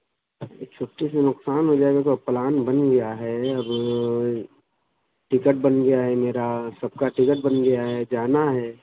چھٹی سے نقصان ہو جائے گا تو اب پلان بن گیا ہے اب ٹکٹ بن گیا ہے میرا سب کا ٹکٹ بن گیا ہے جانا ہے